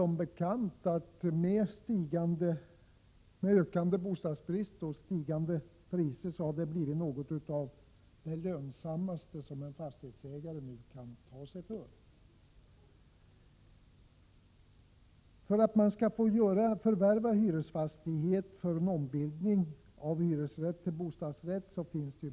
Med ökande bostadsbrist och stigande priser har det som bekant blivit något av det lönsammaste en fastighetsägare kan ta sig för. I bostadsrättslagen finns bestämmelser om förvärv av hyresfastighet för ombildning av hyresrätter till bostadsrätter.